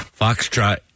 Foxtrot